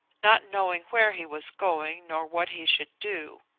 not knowing where he was going nor what he should do.